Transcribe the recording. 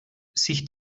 sich